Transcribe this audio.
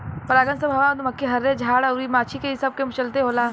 परागन सभ हवा, मधुमखी, हर्रे, हाड़ अउर माछी ई सब के चलते होला